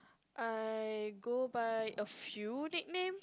I go by a few nicknames